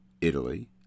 Italy